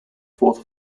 fourth